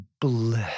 bliss